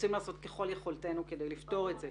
רוצים לעשות ככל יכולתנו כדי לפתור את זה